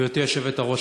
גברתי היושבת-ראש,